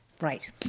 Right